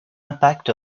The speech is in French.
impact